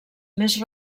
més